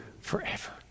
forever